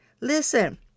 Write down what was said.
Listen